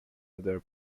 other